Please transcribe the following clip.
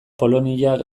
polonia